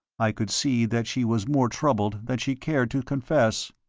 i could see that she was more troubled than she cared to confess,